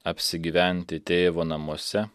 apsigyventi tėvo namuose